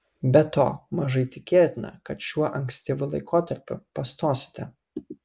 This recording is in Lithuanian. be to mažai tikėtina kad šiuo ankstyvu laikotarpiu pastosite